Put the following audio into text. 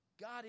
God